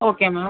okay ma'am